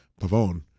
Pavone